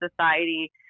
society